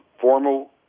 formal